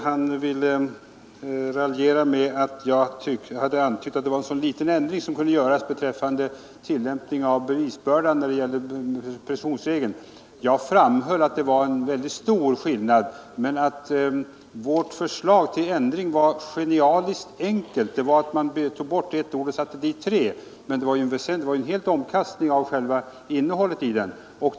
Han raljerade med att jag antytt att den ändring som kunde göras var så liten beträffande tillämpningen av bevisbördan i fråga om presumtionsregeln. Jag framhöll att skillnaden var stor men att vårt förslag till ändring var genialiskt enkelt: man tog bort ett ord och satte dit tre. Därigenom blev det en omkastning av innehållet.